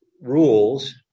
rules